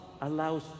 allows